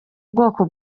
ubwoko